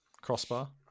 crossbar